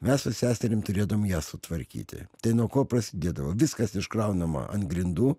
mes su seserim turėdavom jas sutvarkyti tai nuo ko prasidėdavo viskas iškraunama ant grindų